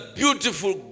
beautiful